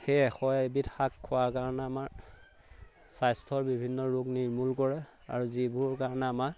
সেই এশ এবিধ শাক খোৱাৰ কাৰণে আমাৰ স্বাস্থ্যৰ বিভিন্ন ৰোগ নিৰ্মূল কৰে আৰু যিবোৰ কাৰণে আমাৰ